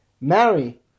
marry